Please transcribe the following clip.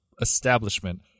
establishment